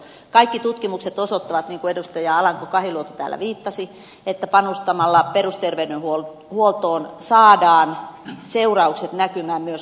kaikki tutkimukset osoittavat niin kuin edustaja alanko kahiluoto täällä viittasi että panostamalla perusterveydenhuoltoon saadaan seuraukset näkymään myös positiivisina